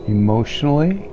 emotionally